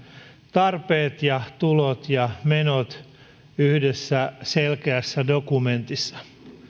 tarpeet ja tulot ja menot yhdessä selkeässä dokumentissa